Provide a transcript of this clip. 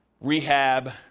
rehab